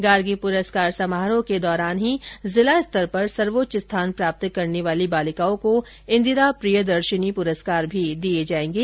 गार्गी पुरस्कार समारोह के दौरान ही जिला स्तर पर सर्वोच्च स्थान प्राप्त करने वाली बालिकाओं को इंदिरा प्रियदर्शिनी पुरस्कार भी दिये जायेंगे